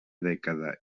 dècada